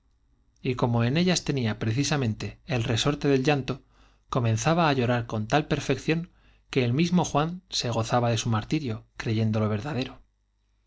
huesos y como en ellas tenía precisamente el resorte del llanto comenzaba á llorar con tal perfección que el mismo juan se gozaba de su martirio creyéndole